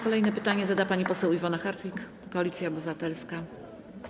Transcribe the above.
Kolejne pytanie zada pani poseł Iwona Hartwich, Koalicja Obywatelska.